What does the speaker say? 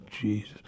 Jesus